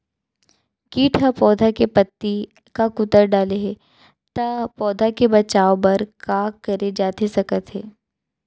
किट ह पौधा के पत्ती का कुतर डाले हे ता पौधा के बचाओ बर का करे जाथे सकत हे?